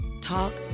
talk